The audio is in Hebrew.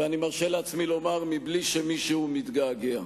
ואני מרשה לעצמי לומר, מבלי שמישהו מתגעגע.